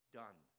done